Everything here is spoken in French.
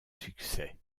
succès